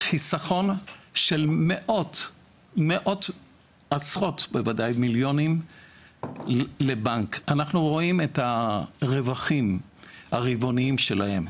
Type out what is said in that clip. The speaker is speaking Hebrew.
חיסכון של עשרות מיליונים לבנק אנחנו רואים את הרווחים הרבעוניים שלהם.